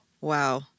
Wow